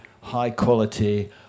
high-quality